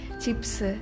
Chips